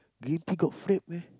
green tea got frappe meh